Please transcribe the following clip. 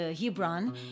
Hebron